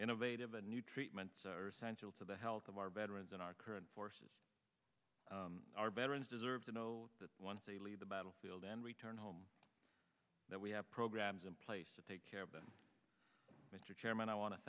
innovative and new treatments are essential to the health of our veterans in our current forces are veterans deserve to know that once they leave the battlefield and return home that we have programs in place to take care of them mr chairman i want to